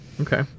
okay